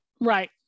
Right